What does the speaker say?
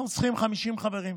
אנחנו צריכים 50 חברים.